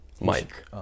Mike